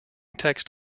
text